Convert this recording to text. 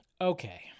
Okay